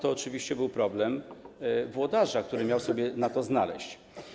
To oczywiście był problem włodarza, który miał je sobie na to znaleźć.